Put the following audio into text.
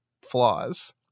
flaws